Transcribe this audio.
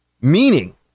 meaning